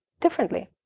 differently